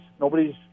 nobody's